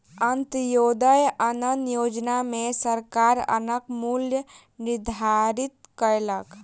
अन्त्योदय अन्न योजना में सरकार अन्नक मूल्य निर्धारित कयलक